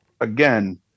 again